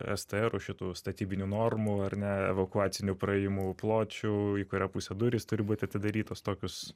es te erų šitų statybinių normų ar ne evakuacinių praėjimų pločių į kurią pusę durys turi būti atidarytos tokius